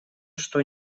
что